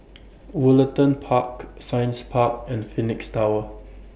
Woollerton Park Science Park and Phoenix Tower